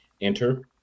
enter